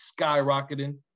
skyrocketing